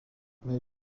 mais